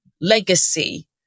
legacy